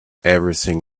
everything